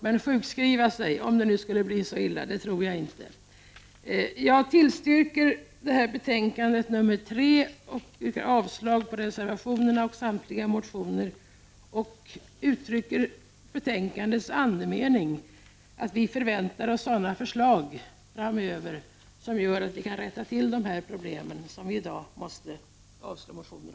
Med det anförda yrkar jag bifall till utskottets hemställan i socialförsäkringsutskottets betänkande nr 3 och avslag på reservationerna. Jag avstyrker dessutom samtliga motioner. Till sist vill jag uttrycka betänkandets andemening genom att säga att vi förväntar oss sådana förslag framöver som gör att vi kan rätta till de problem som behandlas i de motioner vi i dag måste avstyrka.